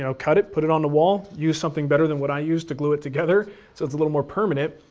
you know cut it, put it on the wall, use something better than what i used to glue it together so it's a little more permanent,